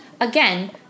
again